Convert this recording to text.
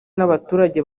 n’abaturage